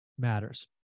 matters